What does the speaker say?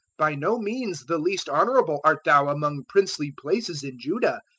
by no means the least honorable art thou among princely places in judah!